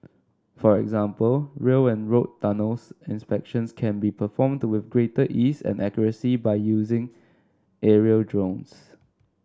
for example rail and road tunnels inspections can be performed with greater ease and accuracy by using aerial drones